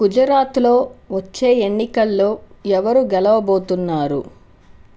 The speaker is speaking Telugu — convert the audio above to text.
గుజరాత్లో వచ్చే ఎన్నికల్లో ఎవరు గెలవబోతున్నారు